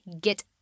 get